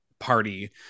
party